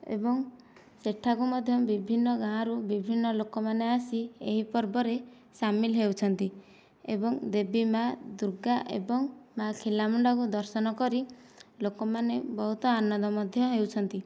ଏବଂ ସେଠାକୁ ମଧ୍ୟ ବିଭିନ୍ନ ଗାଁରୁ ବିଭିନ୍ନ ଲୋକମାନେ ଆସି ଏହି ପର୍ବରେ ସାମିଲ ହେଉଛନ୍ତି ଏବଂ ଦେବୀ ମାଆ ଦୂର୍ଗା ଏବଂ ମାଆ ଖିଲାମୁଣ୍ଡାଙ୍କୁ ଦର୍ଶନ କରି ଲୋକମାନେ ବହୁତ ଆନନ୍ଦ ମଧ୍ୟ ହେଉଛନ୍ତି